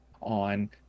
on